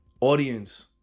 audience